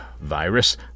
virus